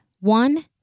One